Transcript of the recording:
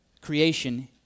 creation